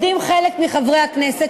יודעים חלק מחברי הכנסת,